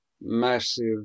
massive